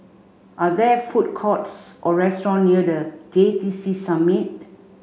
are there food courts or restaurants near The J T C Summit